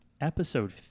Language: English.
episode